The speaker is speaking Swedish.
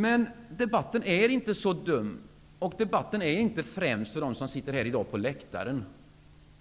Men debatten är inte så dum, och debatten är inte främst till för dem som sitter på läktaren.